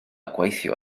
gweithio